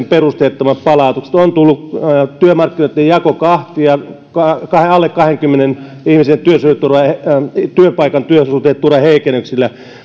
perusteettomat palautukset on tullut työmarkkinoitten jako kahtia alle kahdenkymmenen ihmisen työpaikan työsuhdeturvaan tulee heikennyksiä